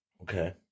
Okay